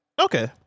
Okay